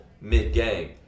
mid-game